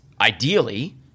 ideally